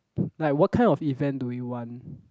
like what kind of event do we want